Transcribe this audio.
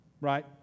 right